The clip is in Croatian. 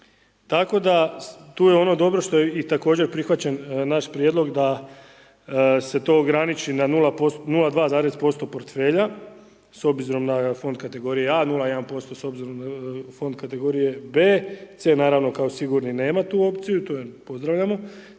Tako da, tu je ono dobro što je i također prihvaćen naš prijedlog da se to ograniči na 0,2% portfelja, s obzirom na fond kategorije a 0,1% s obzirom na fond kategorije b, c naravno kao sigurni nema tu opciju to .../Govornik